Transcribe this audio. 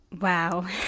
Wow